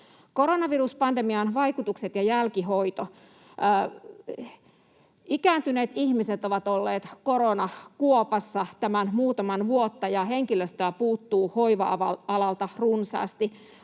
Koronaviruspandemian vaikutukset ja jälkihoito: Ikääntyneet ihmiset ovat olleet koronakuopassa muutaman vuoden, ja henkilöstöä puuttuu hoiva-alalta runsaasti.